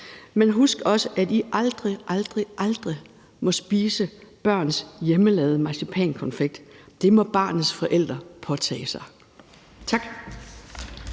Men husk også, at I aldrig nogen sinde må spise børns hjemmelavede konfekt. Det må barnets forældre påtage sig. Tak.